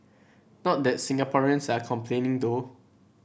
not that Singaporeans are complaining though